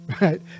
right